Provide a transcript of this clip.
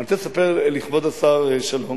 אני רוצה לספר לכבוד השר שלום,